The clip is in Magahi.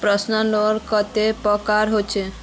पर्सनल लोन कतेला प्रकारेर होचे?